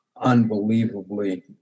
unbelievably